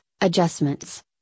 adjustments